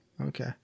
Okay